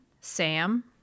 Sam